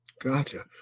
Gotcha